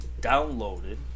downloaded